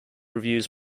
reviews